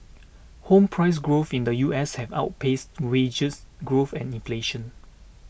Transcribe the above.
home price growth in the U S has outpaced wage growth and inflation